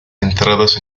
entradas